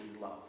love